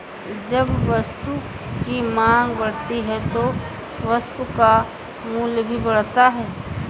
जब वस्तु की मांग बढ़ती है तो वस्तु का मूल्य भी बढ़ता है